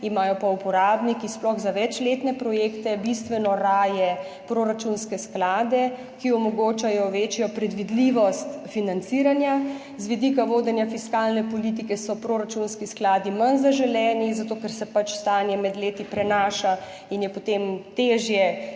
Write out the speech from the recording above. uporabniki, sploh za večletne projekte, bistveno raje proračunske sklade, ki omogočajo večjo predvidljivost financiranja. Z vidika vodenja fiskalne politike so proračunski skladi manj zaželeni, zato ker se pač stanje med leti prenaša in je potem težje